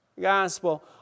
gospel